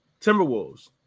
Timberwolves